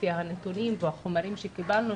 לפי הנתונים והחומרים שקיבלנו,